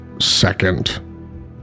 second